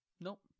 Nope